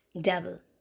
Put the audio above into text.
double